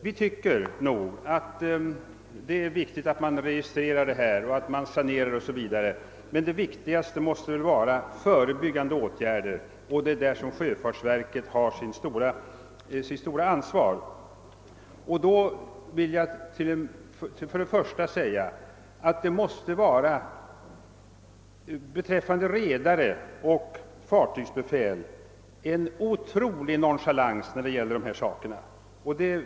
Vi tycker att det är viktigt att man registrerar detta och sanerar den olja som kommer lös, men det viktigaste måste väl vara förebyggande åtgärder, och därvidlag har sjöfartsverket sitt stora ansvar. I det avseendet vill jag betona att redare och fartygsbefäl visar en otrolig nonchalans i dessa saker.